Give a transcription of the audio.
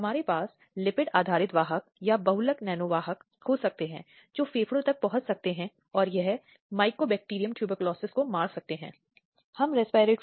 अब ये मूल रूप से अपराध थे जो अधिनियम से पहले भारतीय दंड संहिता में शामिल नहीं थे